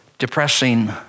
Depressing